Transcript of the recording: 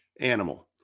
animal